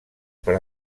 per